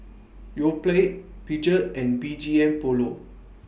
Yoplait Peugeot and B G M Polo